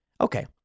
Okay